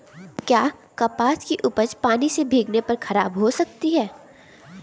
क्या कपास की उपज पानी से भीगने पर खराब हो सकती है?